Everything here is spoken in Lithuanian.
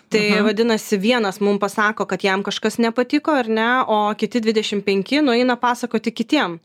tai vadinasi vienas mum pasako kad jam kažkas nepatiko ar ne o kiti dvidešim penki nueina pasakoti kitiem